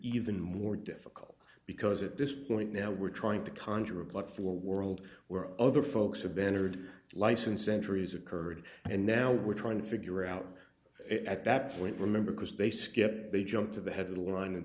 even more difficult because at this point now we're trying to conjure a plot for the world where other folks have been or licensed centuries occurred and now we're trying to figure out at that point remember because they skipped they jumped to the head of the line and